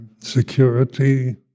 security